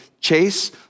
chase